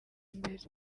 mbere